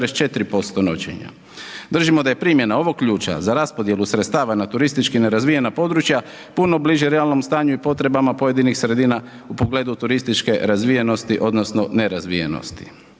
Držimo da je primjena ovog ključa za raspodjelu sredstava na turistički nerazvijena područja puno bliže realnom stanju i potrebama pojedinih sredina u pogledu turističke razvijenosti odnosno nerazvijenosti.